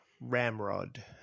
Ramrod